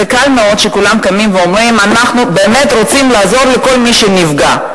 זה קל מאוד שכולם קמים ואומרים: אנחנו באמת רוצים לעזור לכל מי שנפגע.